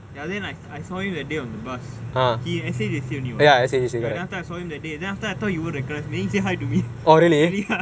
then that day I I saw him that day on the bus he H_U_D_C only [what] then after I saw him that day then I thought he won't recognise me and then he say hi to me really ah